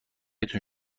تون